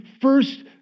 first